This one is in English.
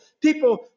people